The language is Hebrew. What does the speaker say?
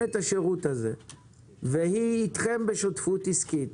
את השירות הזה והיא אתכם בשותפות עסקית,